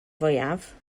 fwyaf